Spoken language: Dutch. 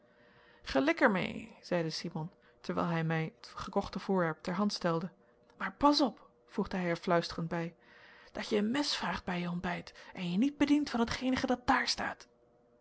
zeide simon terwijl hij mij het gekochte voorwerp ter hand stelde maar phas op voegde hij er fluisterend bij dat je een mhes vraagt bij je hontbijt en je niet bhedient van t ghenige dat dhaar sthaat